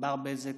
ענבר בזק,